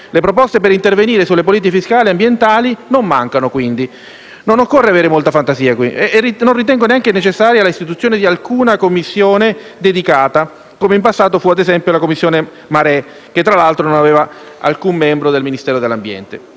Le proposte per intervenire sulle politiche fiscali ambientali quindi non mancano. Non occorre avere molta fantasia e non ritengo necessaria l'istituzione di alcuna Commissione dedicata, come fu in passato, ad esempio, la Commissione Marè che, tra l'altro, non aveva alcun membro del Ministero dell'ambiente.